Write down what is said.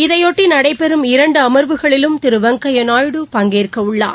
இதையொட்டி நடைபெறும் இரண்டு அமர்வுகளிலும் திருவெங்கையாநாயுடு பங்கேற்கவுள்ளார்